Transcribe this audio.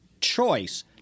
choice